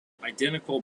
identical